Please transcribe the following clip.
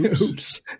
Oops